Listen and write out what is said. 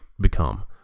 become